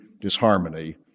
disharmony